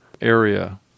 area